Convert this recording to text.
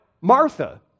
Martha